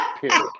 Period